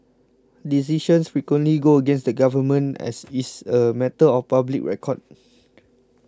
decisions frequently go against the government as is a matter of public record